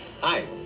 Hi